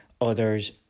Others